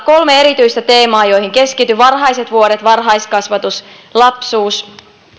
kolme erityistä teemaa joihin keskityn varhaiset vuodet varhaiskasvatus lapsuus